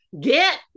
get